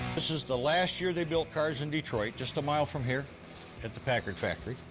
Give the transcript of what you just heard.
this is the last year they built cars in detroit. just a mile from here at the packard factory.